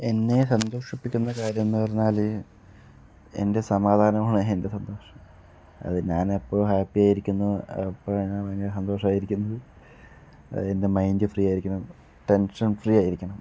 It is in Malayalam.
എന്നെ സന്തോഷിപ്പിക്കുന്ന കാര്യം എന്ന് പറഞ്ഞാൽ എൻ്റെ സമാധാനമാണ് എൻ്റെ സന്തോഷം അത് ഞാൻ എപ്പോൾ ഹാപ്പിയായിരിക്കുന്നോ അപ്പോൾ ഞാൻ പിന്നെ സന്തോഷമായിരിക്കുന്നത് അത് എൻ്റെ മൈന്റ് ഫ്രീ ആയിരിക്കണം ടെൻഷൻ ഫ്രീ ആയിരിക്കണം